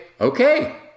Okay